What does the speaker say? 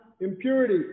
impurity